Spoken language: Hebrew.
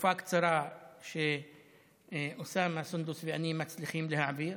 בתקופה קצרה שאוסאמה, סונדוס ואני מצליחים להעביר.